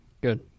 good